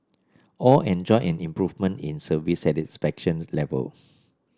all enjoyed an improvement in service satisfaction level